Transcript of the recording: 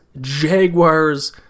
Jaguars